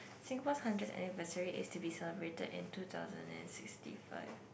Singapore's hundredth anniversary is to be celebrated in two thousand and sixty five